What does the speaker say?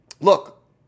look